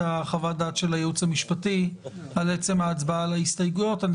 חוות הדעת של הייעוץ המשפטי על עצם ההצבעה על ההסתייגויות אז